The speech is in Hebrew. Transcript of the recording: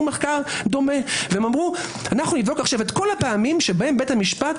מחקר דומה ואמרו: אנחנו נבדוק את כל הפעמים שבהן בית המשפט